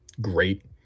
great